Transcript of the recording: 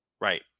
Right